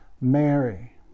Mary